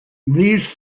these